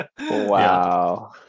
wow